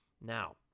Now